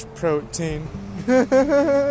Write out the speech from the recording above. protein